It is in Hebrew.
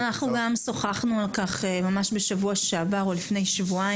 שוחחנו על כך בשבוע שעבר או לפני שבועיים